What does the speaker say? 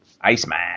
Iceman